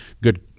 good